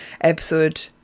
episode